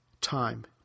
time